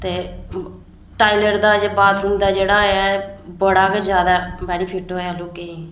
ते टायलेट दा बाथरूम दा जेह्ड़ा ऐ बड़ा गै ज्यादा बैनीफिट ऐ लोकें गी